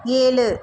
ஏழு